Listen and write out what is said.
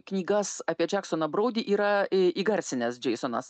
knygas apie džeksoną broudį yra įgarsinęs džeisonas